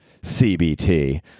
cbt